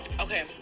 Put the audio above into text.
Okay